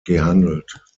gehandelt